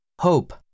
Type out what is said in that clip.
Hope